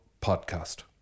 podcast